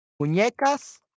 muñecas